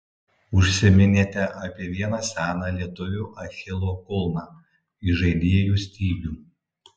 užsiminėte apie vieną seną lietuvių achilo kulną įžaidėjų stygių